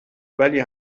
ولی